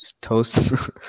Toast